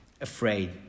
afraid